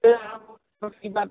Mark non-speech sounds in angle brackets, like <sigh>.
<unintelligible>